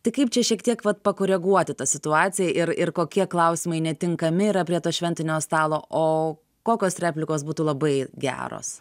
tai kaip čia šiek tiek vat pakoreguoti tą situaciją ir ir kokie klausimai netinkami yra prie šventinio stalo o kokios replikos būtų labai geros